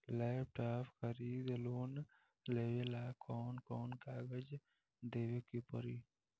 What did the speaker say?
Laptop खातिर loan लेवे ला कौन कौन कागज देवे के पड़ी?